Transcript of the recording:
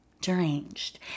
deranged